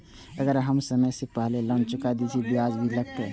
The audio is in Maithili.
अगर हम समय से पहले लोन चुका देलीय ते ब्याज भी लगते?